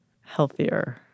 healthier